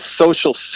social